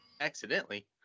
Accidentally